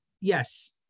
yes